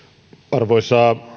arvoisa